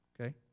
Okay